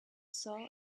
saw